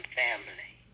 family